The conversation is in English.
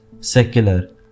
secular